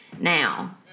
now